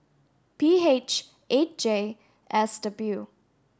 P H eight J S W